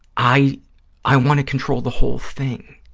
i i want to control the whole thing,